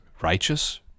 righteous